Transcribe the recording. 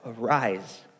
arise